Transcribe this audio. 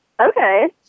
Okay